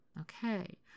Okay